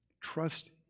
trust